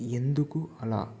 ఎందుకు అలా